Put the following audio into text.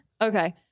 Okay